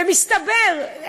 ומסתבר,